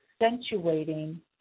accentuating